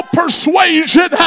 persuasion